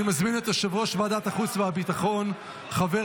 אני מזמין את יושב-ראש ועדת החוץ והביטחון חבר